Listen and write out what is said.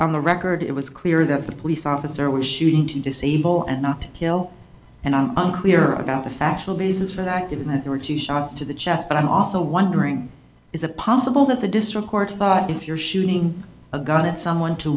the record it was clear that the police officer was shooting to disable and not to kill and i'm unclear about the factual basis for that given that there were two shots to the chest but i'm also wondering is it possible that the district court if you're shooting a gun at someone to